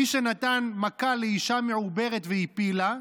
מי שנתן מכה לאישה מעוברת והפילה,